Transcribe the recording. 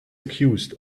accused